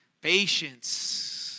Patience